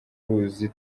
ruzi